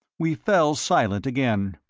we fell silent again.